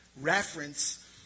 reference